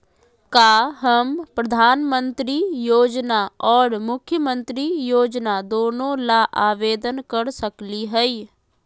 का हम प्रधानमंत्री योजना और मुख्यमंत्री योजना दोनों ला आवेदन कर सकली हई?